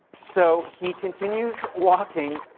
so he continues walking.